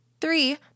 Three